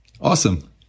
awesome